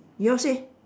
yours eh